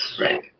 Right